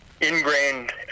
ingrained